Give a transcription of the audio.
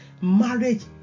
Marriage